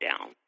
down